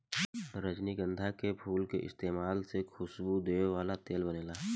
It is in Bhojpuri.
रजनीगंधा के फूल के इस्तमाल से खुशबू देवे वाला तेल बनेला